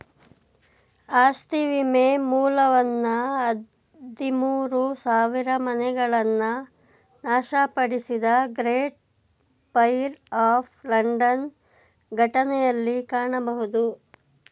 ಆಸ್ತಿ ವಿಮೆ ಮೂಲವನ್ನ ಹದಿಮೂರು ಸಾವಿರಮನೆಗಳನ್ನ ನಾಶಪಡಿಸಿದ ಗ್ರೇಟ್ ಫೈರ್ ಆಫ್ ಲಂಡನ್ ಘಟನೆಯಲ್ಲಿ ಕಾಣಬಹುದು